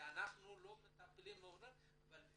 שהם לא מטפלים בזה.